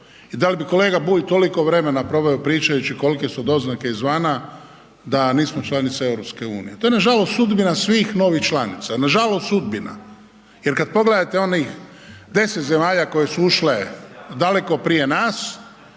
I da li bi kolega Bulj toliko vremena proveo pričajući kolike su doznake izvana da nismo članica EU? To je nažalost sudbina svih novih članica, nažalost sudbina. Jer kad pogledate onih 10 zemalja koje su ušle daleko prije nas,